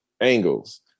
angles